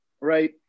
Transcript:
right